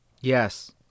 Yes